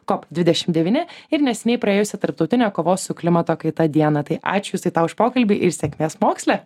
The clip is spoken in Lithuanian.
kop dvidešim devyni ir neseniai praėjusią tarptautinę kovos su klimato kaita dieną tai ačiū justai tau už pokalbį ir sėkmės moksle